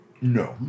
No